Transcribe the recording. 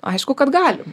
aišku kad galim